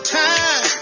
time